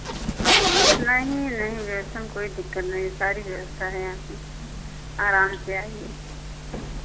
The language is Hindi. नहीं नहीं ऐसे में कोई दिक्कत नहीं सारी व्यवस्था है यहाँ पे आराम से आइए